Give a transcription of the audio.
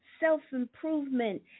self-improvement